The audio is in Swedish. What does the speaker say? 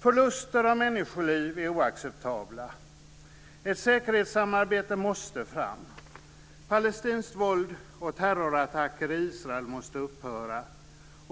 Förluster av människoliv är oacceptabla. Ett säkerhetssamarbete måste fram. Palestinskt våld och terrorattacker i Israel måste upphöra.